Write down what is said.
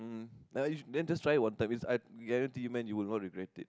um ah then just try it one time it's I guarantee man you won't regret it